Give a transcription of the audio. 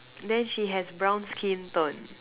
then she has brown skin tone